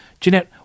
Jeanette